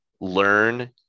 learn